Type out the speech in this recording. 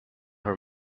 her